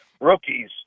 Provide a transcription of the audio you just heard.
Rookies